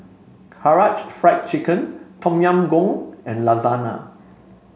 Karaage Fried Chicken Tom Yam Goong and Lasagna